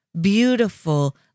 beautiful